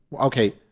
okay